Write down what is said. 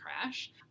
crash